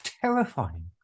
terrifying